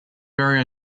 very